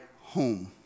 home